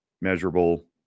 measurable